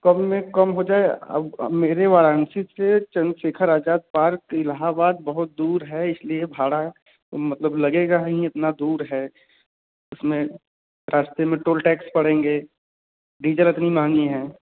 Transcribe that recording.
कब में कम हो जाए अब अब मेरे वाराणसी से चंद्रशेखर आजाद पार्क इलाहाबाद बहुत दूर है इसलिए भाड़ा मतलब लगेगा ही इतना दूर है इसमें रास्ते मे टोल टेक्स पड़ेंगे डीजल इतना मंहगा है